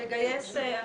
לגייס אנשים,